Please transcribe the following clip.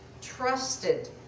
trusted